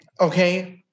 Okay